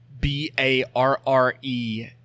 B-A-R-R-E